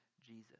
jesus